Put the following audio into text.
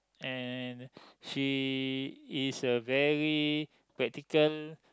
and she is a very practical